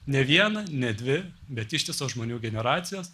ne viena ne dvi bet ištisos žmonių generacijos